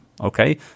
Okay